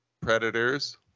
Predators